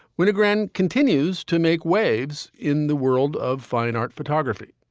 winogrand continues to make waves in the world of fine art photography.